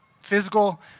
physical